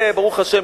ברוך השם,